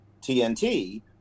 TNT